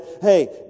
hey